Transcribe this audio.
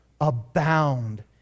Abound